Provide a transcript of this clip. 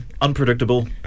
unpredictable